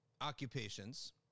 occupations